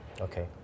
Okay